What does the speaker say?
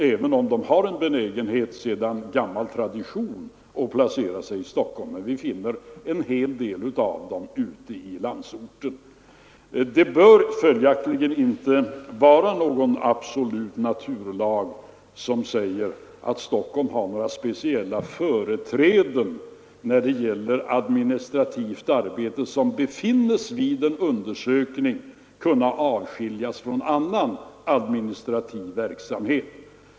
Även om de har en benägenhet av gammal tradition att placera sig i Stockholm, finner vi en hel del av dem ute i landsorten. Det bör följaktligen inte vara någon absolut naturlag som säger att Stockholm har speciella företräden när det gäller administrativt arbete som dessutom vid en undersökning befinnes kunna avskiljas från annan administrativ verksamhet.